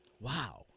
Wow